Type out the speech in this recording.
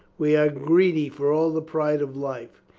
we are greedy for all the pride of life.